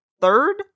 third